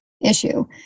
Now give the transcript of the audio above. issue